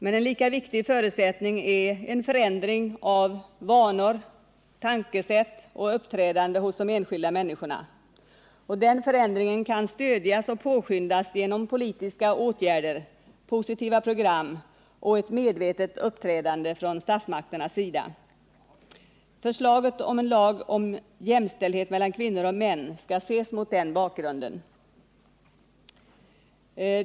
Men en lika viktig förutsättning är en förändring av vanor och tänkesätt och uppträdande hos de enskilda människorna, Den förändringen kan stödjas och påskyndas genom politiska åtgärder, positiva program och ett medvetet uppträdande från statsmakternas sida. Förslaget om en lag om jämställdhet mellan kvinnor och män skall ses mot denna bakgrund.